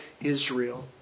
Israel